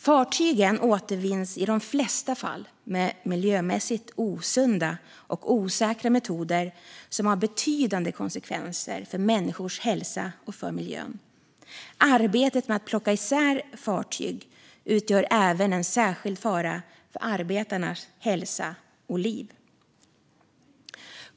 Fartygen återvinns i de flesta fall med miljömässigt osunda och osäkra metoder, som har betydande konsekvenser för människors hälsa och för miljön. Arbetet med att plocka isär fartyg utgör även en särskild fara för arbetarnas hälsa och liv.